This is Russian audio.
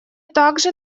также